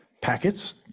packets